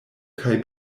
kaj